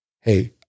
hey